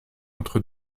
entre